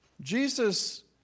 Jesus